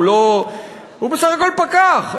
הוא בסך הכול פקח,